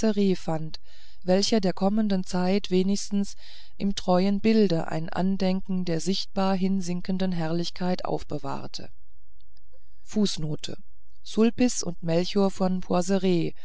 getragen welcher der kommenden zeit wenigstens im treuen bilde ein andenken der sichtbar hinsinkenden herrlichkeit aufbewahrte